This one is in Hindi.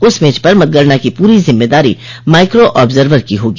उस मेज पर मतगणना की पूरी जिम्मेदारी माइक्रो आर्ब्जवर की होगी